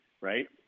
right